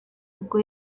ubwo